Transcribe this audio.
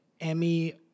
Emmy